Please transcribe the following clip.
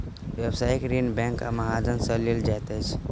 व्यवसायिक ऋण बैंक वा महाजन सॅ लेल जाइत अछि